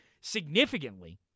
significantly –